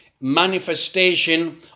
manifestation